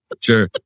sure